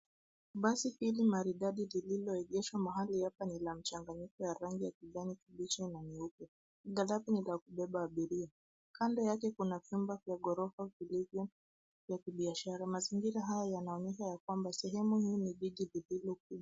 Basi hili maridadi lililoegeshwa mahali hapa ni la mchanganyiko wa rangi kijani kibichi na nyeupe, ghalibu ni la kubeba abiria. Kando yake kuna vyumba vya ghorofa vilivyo vya kibiashara. Mazingira haya yanaonyesha ya kwamba sehemu hilo ni jiji lililo kuu.